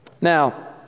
Now